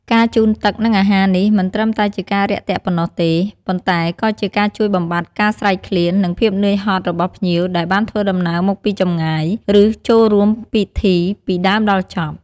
ពួកគាត់ទទួលបន្ទុកក្នុងការរៀបចំ ម្ហូបអាហារបូជាព្រះសង្ឃ និងត្រៀមទុកសម្រាប់ទទួលទានជុំគ្នាជាមួយពុទ្ធបរិស័ទដទៃទៀត រួមទាំងភ្ញៀវផងដែរ។